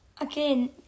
again